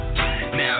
Now